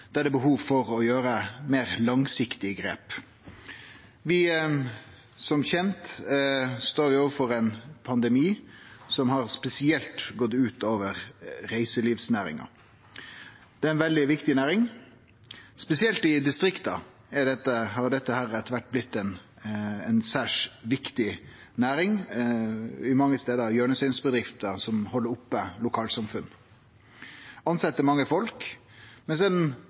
der det er behov for å ta meir langsiktige grep. Vi står som kjent i ein pandemi, som spesielt har gått ut over reiselivsnæringa. Det er ei veldig viktig næring, og spesielt i distrikta har dette etter kvart blitt ei særs viktig næring. Mange stader er det hjørnesteinsbedrifter som held oppe lokalsamfunn, som tilset mange folk, men